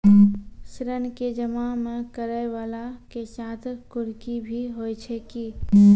ऋण के जमा नै करैय वाला के साथ कुर्की भी होय छै कि?